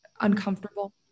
uncomfortable